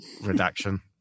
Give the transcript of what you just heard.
redaction